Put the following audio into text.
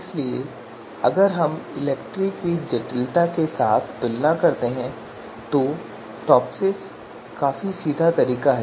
इसलिए अगर हम इलेक्ट्री की जटिलता के साथ तुलना करते हैं तो टॉपसिस काफी सीधा तरीका है